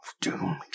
doomed